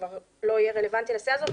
שכבר לא יהיה רלוונטי לסיעה הזאת.